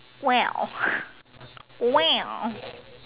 well well